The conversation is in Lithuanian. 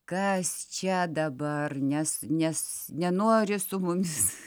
kas čia dabar nes nes nenori su mumis